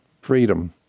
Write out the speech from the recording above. Freedom